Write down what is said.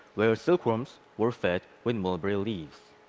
where silkworms were fed with mulberry leaves.